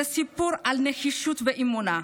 זה סיפור על נחישות ואמונה.